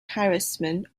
harassment